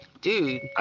dude